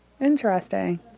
Interesting